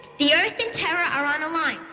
the earth and terra are on a line,